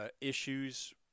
issues